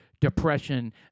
depression